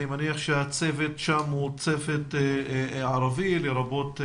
אני מניח שהצוות שם הוא צוות ערבי לרבות הרופא,